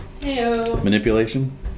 Manipulation